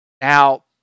Now